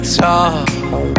talk